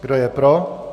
Kdo je pro?